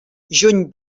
juny